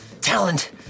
talent